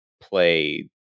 play